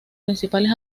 principales